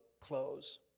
close